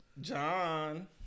John